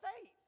faith